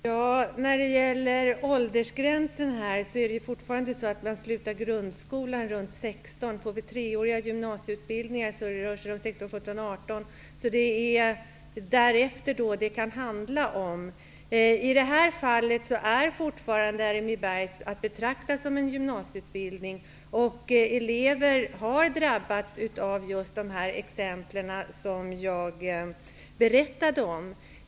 Herr talman! Först några ord om åldersgränsen. Det är ju fortfarande så, att man lämnar grundskolan när man är runt 16 år och den treåriga gymnasieutbildningen när man är 16--18 år. Det är vad som kommer därefter som kan vara intressant. I det här fallet är fortfarande utbildningen vid RMI Berghs skola att betrakta som en gymnasieutbildning. Elever har drabbats just på det sätt som jag tidigare exemplifierat.